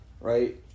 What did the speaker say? right